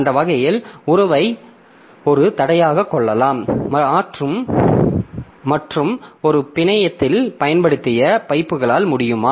அந்த வகையில் உறவை ஒரு தடையாகக் கொள்ளலாம் மற்றும் ஒரு பிணையத்தில் பயன்படுத்திய பைப்புகளால் முடியுமா